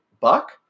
buck